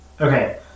Okay